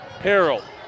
Harold